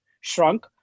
shrunk